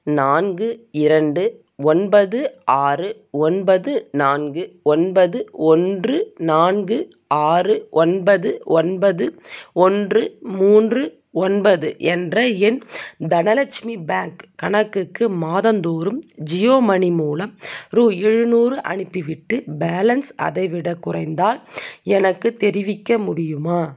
நான்கு இரண்டு ஒன்பது ஆறு ஒன்பது நான்கு ஒன்பது ஒன்று நான்கு ஆறு ஒன்பது ஒன்பது ஒன்று மூன்று ஒன்பது என்ற என் தனலக்ஷ்மி பேங்க் கணக்குக்கு மாதந்தோறும் ஜியோ மனி மூலம் ரூபா எழுநூறு அனுப்பிவிட்டு பேலன்ஸ் அதைவிடக் குறைந்தால் எனக்குத் தெரிவிக்க முடியுமா